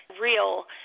real